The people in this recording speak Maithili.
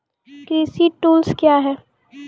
कृषि टुल्स क्या हैं?